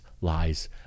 lies